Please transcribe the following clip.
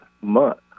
month